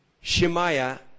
Shemaiah